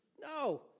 No